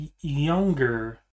younger